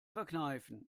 verkneifen